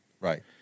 Right